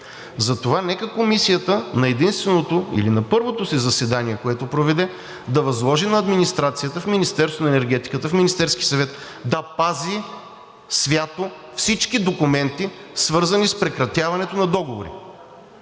затова нека Комисията на единственото или на първото си заседание, което проведе, да възложи на администрацията на Министерството на енергетиката, в Министерския съвет, да пази свято всички документи, свързани с прекратяването на договори,